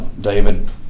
David